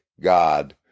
God